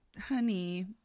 honey